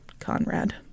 Conrad